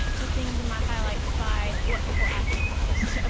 the things in my highlights by what people ask me the most ah